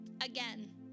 again